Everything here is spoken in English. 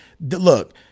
Look